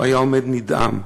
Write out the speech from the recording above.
הוא היה עומד נדהם.